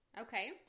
Okay